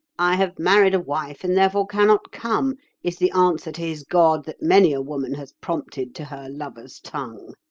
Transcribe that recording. i have married a wife, and therefore cannot come is the answer to his god that many a woman has prompted to her lover's tongue.